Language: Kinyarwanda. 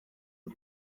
y’u